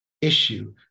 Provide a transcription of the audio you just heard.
issue